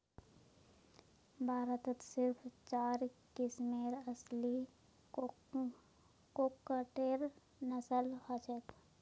भारतत सिर्फ चार किस्मेर असली कुक्कटेर नस्ल हछेक